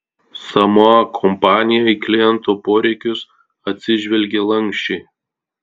samoa kompanija į kliento poreikius atsižvelgė lanksčiai